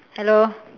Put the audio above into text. hello